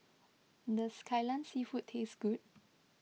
does Kai Lan Seafood taste good